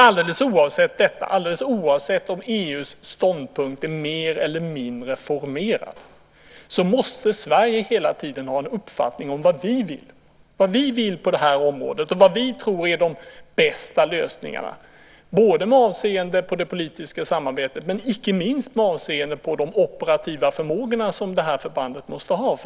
Alldeles oavsett om EU:s ståndpunkt är mer eller mindre formerad måste dock Sverige hela tiden ha en uppfattning om vad vi vill på det här området och vad vi tror är de bästa lösningarna, både med avseende på det politiska samarbetet och inte minst med avseende på de operativa förmågor som detta förband måste ha.